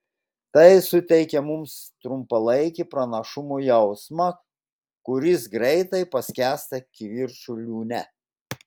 tai suteikia mums trumpalaikį pranašumo jausmą kuris greitai paskęsta kivirčų liūne